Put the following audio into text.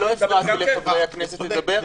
אני לא הפרעתי לחברי הכנסת לדבר.